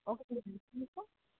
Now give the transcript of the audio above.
okay